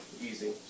easy